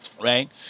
right